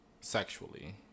sexually